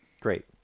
Great